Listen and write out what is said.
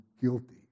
guilty